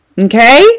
Okay